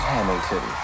Hamilton